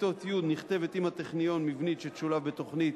בכיתות י' נכתבת עם הטכניון מבנית שתשולב בתוכנית.